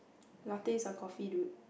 Latte is a coffee dude